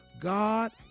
God